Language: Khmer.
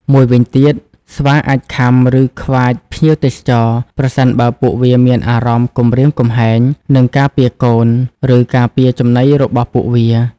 មួយវិញទៀត ស្វាអាចខាំ ឬខ្វាចភ្ញៀវទេសចរ ប្រសិនបើពួកវាមានអារម្មណ៍គំរាមកំហែង និងការពារកូន ឬការពារចំណីរបស់ពួកវា។